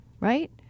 right